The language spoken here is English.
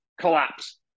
collapse